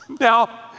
Now